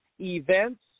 events